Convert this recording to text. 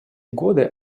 годы